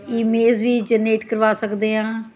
image ਵੀ generate ਕਰਵਾ ਸਕਦੇ ਹਾਂ